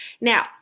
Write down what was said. now